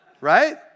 right